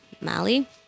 Mali